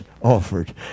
offered